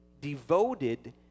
devoted